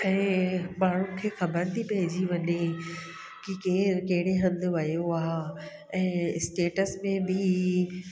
ऐं माण्हुनि खे खबर थी पइजी वञे कि केरु कहिड़े हंधि वियो आहे ऐं स्टेटस में बि